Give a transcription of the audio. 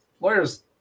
lawyers